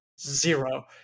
zero